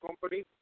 company